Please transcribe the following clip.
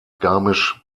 garmisch